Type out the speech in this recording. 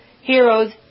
heroes